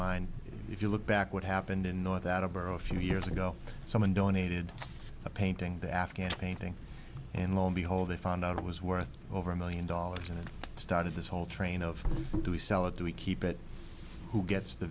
mind if you look back what happened in north attleboro a few years ago someone donated a painting the afghan painting and lo and behold they found out it was worth over a million dollars and it started this whole train of do we sell or do we keep it who gets the